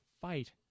fight